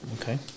Okay